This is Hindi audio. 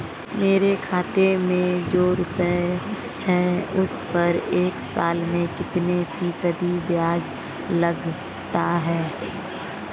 मेरे खाते में जो रुपये हैं उस पर एक साल में कितना फ़ीसदी ब्याज लगता है?